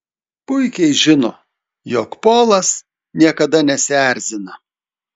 puikiai žino jog polas niekada nesierzina